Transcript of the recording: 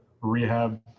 rehab